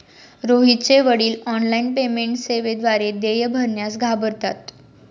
रोहितचे वडील online payment सेवेद्वारे देय भरण्यास घाबरतात